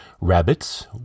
rabbits